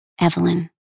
Evelyn